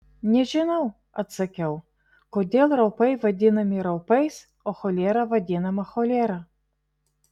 nežinau atsakiau kodėl raupai vadinami raupais o cholera vadinama cholera